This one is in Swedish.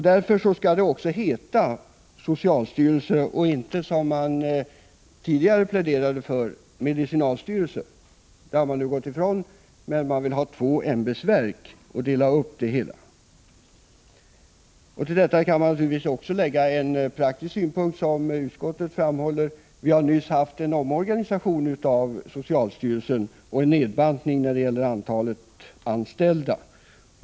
Därför skall det också heta socialstyrelsen, och inte medicinalstyrelsen, som man tidigare pläderade för. Det har man nu gått ifrån. Man vill dela upp det hela i två ämbetsverk. På detta kan man naturligtvis också anlägga en praktisk synpunkt. Som utskottet framhåller har vi nyss haft en omorganisation av socialstyrelsen, och det har gjorts en nedbantning av antalet anställda.